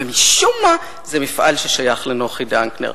ומשום מה המשהו הזה הוא מפעל ששייך לנוחי דנקנר.